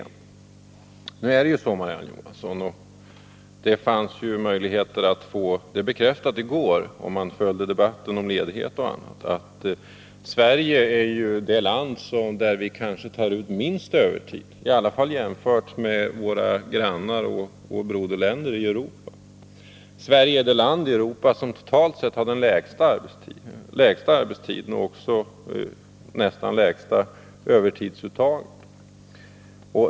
Men nu är det så, Marie-Ann Johansson — och det fanns möjligheter att få detta bekräftat i går, om man följde debatten om ledighet och annat — att Sverige är det land där man kanske tar ut minst övertid, i varje fall jämfört med våra grannar och våra broderländer i Europa. Sverige är det land i Europa som totalt sett har den lägsta arbetstiden och det nästan lägsta övertidsuttaget.